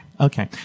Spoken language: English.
okay